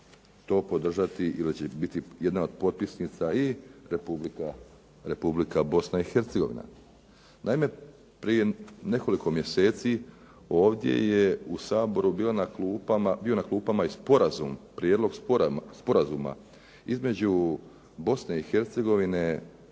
to podržati i da će biti jedna od popisnica i Republika Bosna i Hercegovina. Naime, prije nekoliko mjeseci ovdje je u Saboru bio na klupama i sporazum, prijedlog sporazuma između Bosne i Hercegovine,